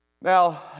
Now